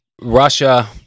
Russia